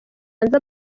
hanze